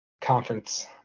conference